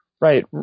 Right